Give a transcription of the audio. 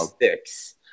six